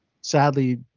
sadly